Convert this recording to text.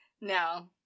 No